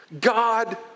God